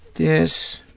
this